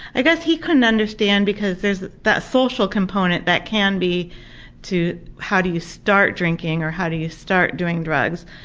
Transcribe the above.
i guess he couldn't understand because there's that social component that can be to how do you start drinking or how do you start doing drugs.